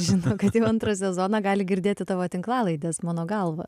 žino kad jau antrą sezoną gali girdėti tavo tinklalaides mano galva